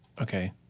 Okay